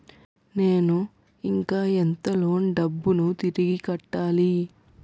నేను ఇంకా ఎంత లోన్ డబ్బును తిరిగి కట్టాలి?